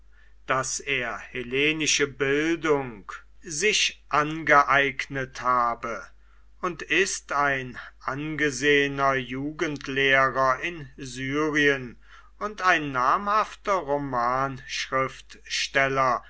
daß er hellenische bildung sich angeeignet habe und ist ein angesehener jugendlehrer in syrien und ein namhafter